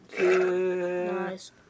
Nice